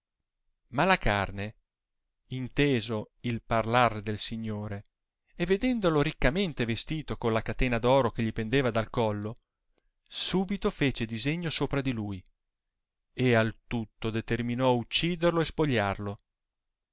allegramente ricevuto malacarne inteso il parlar del signore e vedendolo riccamente vestito con la catena d oro che gli pendeva dal collo subito fece disegno sopra di lui e al tutto determinò ucciderlo e spogliarlo